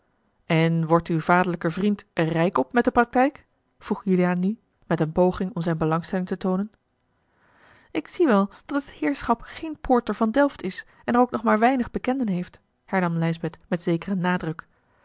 en wordt uw vaderlijke vriend er rijk op met de praktijk vroeg juliaan nu met eene poging om zijne belangstelling te toonen ik zie wel dat het heerschap geen poorter van delft is en er ook nog maar weinig bekenden heeft hernam lijsbeth met zekeren nadruk